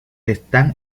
están